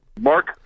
Mark